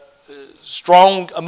strong